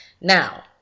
now